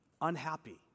unhappy